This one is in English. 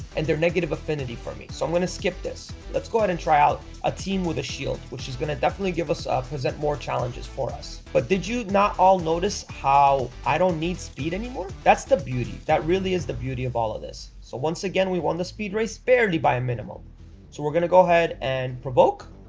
and they're negative affinity for me so i'm going to skip this let's go ahead and try out a team with a shield which is going to definitely give us a ah present more challenges for us but did you not all notice how i don't need speed anymore that's the beauty that really is the beauty of all of this so once again, we won the speed race barely by a minimum so we're gonna go ahead and provoke